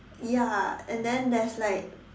ya and then there's like